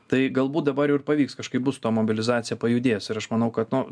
tai galbūt dabar jau ir pavyks kažkaip bus su ta mobilizacija pajudės ir aš manau kad nu